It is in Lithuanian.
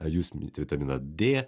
jūs minit vitaminą d